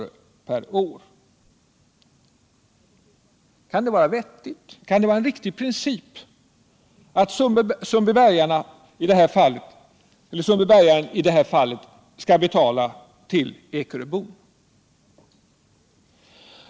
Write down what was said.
per år. Kan det vara vettigt? Kan det vara en riktig princip att i det här fallet sundbybergaren skall betala till ekeröbon?